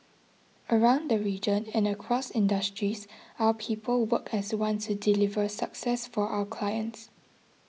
around the region and across industries our people work as one to deliver success for our clients